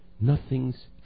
Nothing's